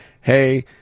hey